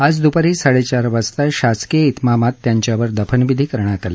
आज दुपारी साडेचार वाजता शासकीय त्रिमामात त्यांच्यावर दफनविधी करण्यात आले